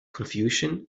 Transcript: confusion